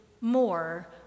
more